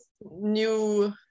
new